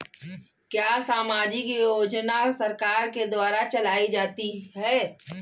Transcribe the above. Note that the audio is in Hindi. क्या सामाजिक योजना सरकार के द्वारा चलाई जाती है?